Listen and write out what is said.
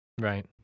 Right